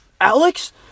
Alex